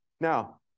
Now